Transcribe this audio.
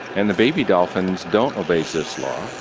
and the baby dolphins don't obey zipf's law.